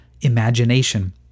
Imagination